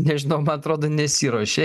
nežinau man atrodo nesiruošia